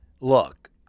look